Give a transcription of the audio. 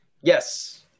Yes